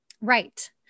Right